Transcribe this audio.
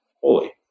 holy